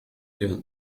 der